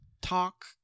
talk